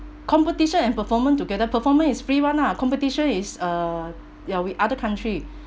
competition and performance together performance is free one ah competition is uh ya with other country